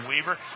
Weaver